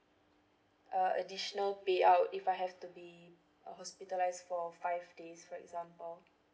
uh additional pay out if I have to be uh hospitalised for five days for example